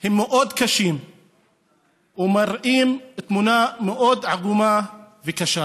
הם מאוד קשים ומראים תמונה מאוד עגומה וקשה.